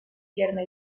pierna